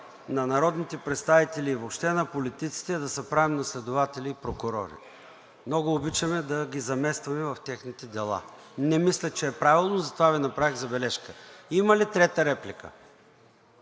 на народните представители и въобще на политиците, е да се правим на следователи и прокурори. Много обичаме да ги заместваме в техните дела. Не мисля, че е правилно, затова Ви направих забележка. Има ли трета реплика?